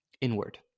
inward